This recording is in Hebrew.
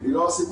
היא לא הסיפור.